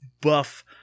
buff